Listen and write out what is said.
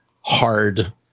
hard